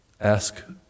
Ask